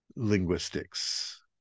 linguistics